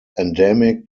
endemic